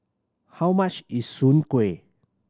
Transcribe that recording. how much is Soon Kueh